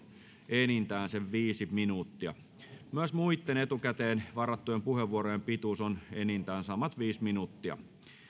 enintään viisi minuuttia myös muiden etukäteen varattujen puheenvuorojen pituus on enintään samat viisi minuuttia